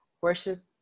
worship